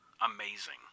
amazing